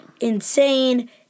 insane